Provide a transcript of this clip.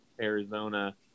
Arizona